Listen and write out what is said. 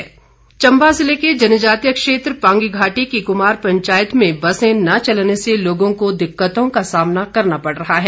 मांग चंबा जिले के जनजातीय क्षेत्र पांगी घाटी की कुमार पंचायत में बसें न चलने से लोगों को दिक्कतों का सामना करना पड़ रहा है